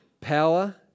power